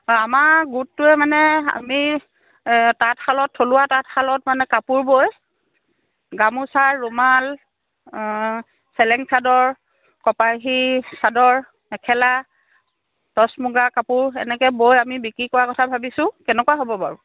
অঁ আমাৰ গোটটোৱে মানে আমি তাঁতশালত থলুৱা তাঁতশালত মানে কাপোৰ বৈ গামোচা ৰুমাল চেলেং চাদৰ কপাহী চাদৰ মেখেলা টচ মুগা কাপোৰ এনেকৈ বৈ আমি বিক্ৰী কৰা কথা ভাবিছোঁ কেনেকুৱা হ'ব বাৰু